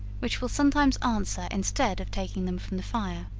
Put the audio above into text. which will sometimes answer instead of taking them from the fire.